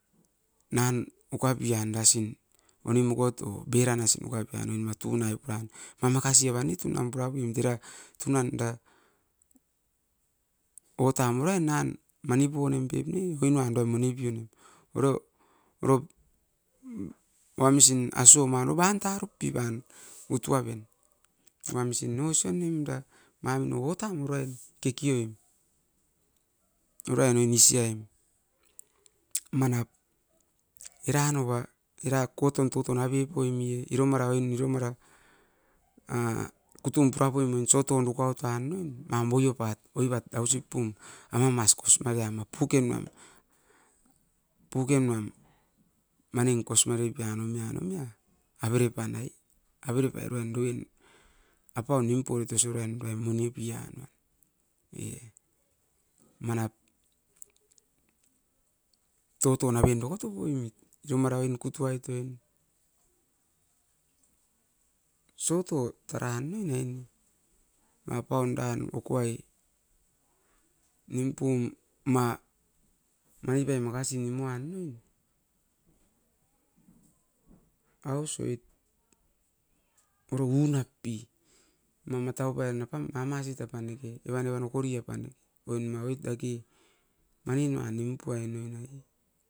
Nan, ukapi'an dasin onimokot o beira nasin mukai pian oin ma tunai purain. Ma makasi eva ne tunam purapoim dera tunan da ootam urain nan mani pounem pep ne, okoin uan duai mani pionim. Oro-oro uamisin asuoma no bantarup pii'pan utu aven. Uamsin no aso noimda mamuino otam urain keki oim, urain oini sia'im. Manap, era nouba era koton tutun aveu poimi'e iro mara oin iro mara a kutun pura poim oin soton dukautoa noin? Nam voio pat oivat ausi pum, amamas kosmare ama puke mam. Pukem nuam maning kos'mare pia nom'ia-nom'ia avere pan ai, avere pai ruain duin apau nimpoit osuven dueim moni pi'anoim, e. Manap toton aven dokoto poimit iro mara'oin kutuai tuoin, so'oto tara nui noini, ma apaun dan ukuai nim pum ma, mani pai makasi nimuan oi? Aus oit, poro uunap pi, mam mataup'en apan mamasit apaneke evan-evan okori apan oi, oin ma'oit dake mani nuai nimpuai noinoi.